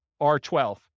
R12